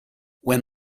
when